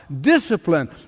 discipline